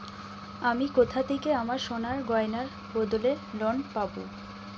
আমি কোথা থেকে আমার সোনার গয়নার বদলে লোন পাবো?